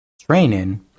Training